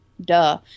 duh